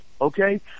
okay